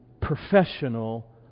professional